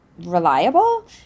reliable